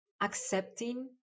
accepting